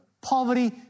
poverty